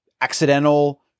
accidental